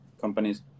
Companies